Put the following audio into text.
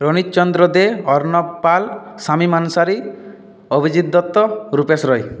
Ranit Chandra De Arnab Pal Shamim Ansari Abhijit Dutta Rupesh Roy